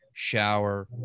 Shower